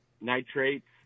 nitrates